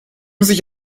sich